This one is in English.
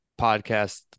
podcast